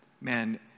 man